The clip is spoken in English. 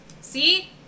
See